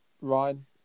Ryan